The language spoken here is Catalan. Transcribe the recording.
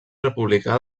republicà